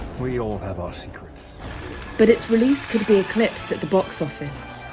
we all have our secrets but its release could be eclipsed at the box office,